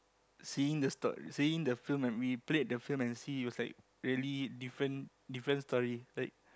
seeing the story seeing the film when we played the film and see it was like really different different story like